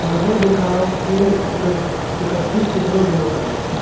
मुझे दिखाओ कि इकत्तीस कितने दिनों का है